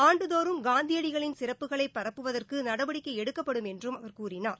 ஆண்டுதோறும் காந்தியடிகளின் சிறப்புகளை பரப்புவதற்கு நடவடிக்கை எடுக்கப்படும் என்றும் அவா் கூறினார்